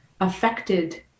affected